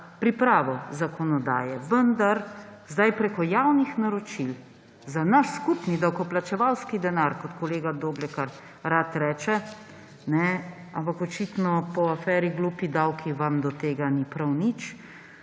pripravo zakonodaje, vendar zdaj preko javnih naročil za naš skupni davkoplačevalski denar, kot kolega Doblekar rad reče, ampak očitno po aferi Glupi davki vam do tega ni prav nič,